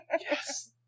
Yes